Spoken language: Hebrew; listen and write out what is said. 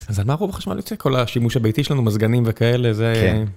אז על מה רוב החשמל יוצא? כל השימוש הביתי שלנו, מזגנים וכאלה, זה...